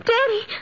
Daddy